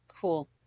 Cool